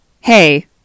Hey